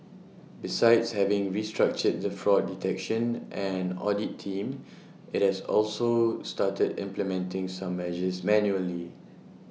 besides having restructured the fraud detection and audit team IT has also started implementing some measures manually